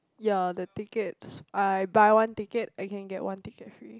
ya the tickets I buy one ticket I can get one ticket free